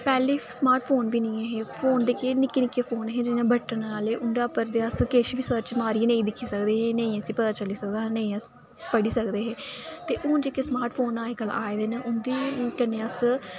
पैह्ले smart phone बी निं ऐ हे फोन दे केह् निक्के निक्के फोन हे जि'यां बटनें आह्ले उं'दे उप्पर ते अस किश बी निं सर्च मारियै नेईं दिक्खी सकदे हे नेंई असें पता चली सकदा हा नेईं अस पढ़ी सकदे हे ते हून जेह्के स्मार्ट फोन अज्ज कल आए दे न उं'दे कन्नै अस